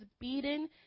beaten